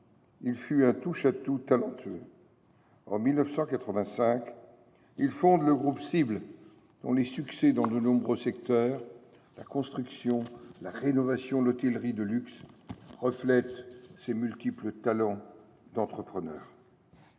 fut un touche à tout talentueux. En 1985, il fonde le groupe Cible, dont les succès dans de nombreux secteurs – construction, rénovation, hôtellerie de luxe – reflètent ses multiples talents d’entrepreneur.